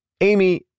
Amy